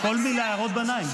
כל מילה הערות ביניים.